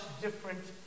different